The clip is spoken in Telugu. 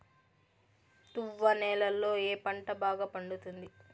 తువ్వ నేలలో ఏ పంట బాగా పండుతుంది?